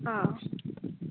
आं